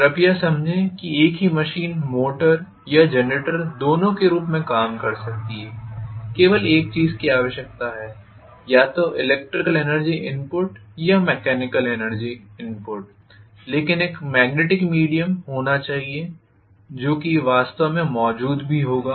कृपया समझें कि एक ही मशीन मोटर या एक जनरेटर दोनों के रूप में काम कर सकती है केवल एक चीज की आवश्यकता है या तो इलेक्ट्रिकल एनर्जी इनपुट या मेकेनिकल एनर्जी इनपुट लेकिन एक मेग्नेटिक मीडियम होना चाहिए जो कि वास्तव में मौजूद भी होगा